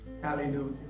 Hallelujah